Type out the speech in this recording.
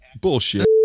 Bullshit